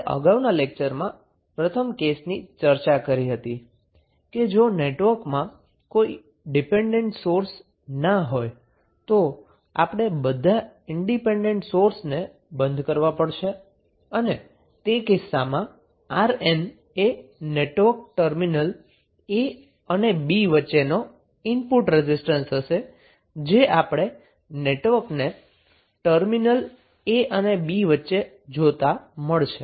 આપણે અગાઉના ક્લાસમાં પ્રથમ કેસની ચર્ચા કરી હતી કે જો નેટવર્કમાં કોઈ ડીપેન્ટન્ટ સોર્સ ન હોય તો આપણે બધા ઈન્ડીપેન્ડન્ટ સોર્સ બંધ કરવા પડશે અને તે કેસમાં 𝑅𝑁 એ નેટવર્કનો ટર્મિનલ a અને b વચ્ચેનો ઇનપુટ રેઝિસ્ટન્સ હશે જે આપણે નેટવર્ક ને ટર્મિનલ a અને b વચ્ચે જોતાં મળશે